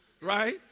right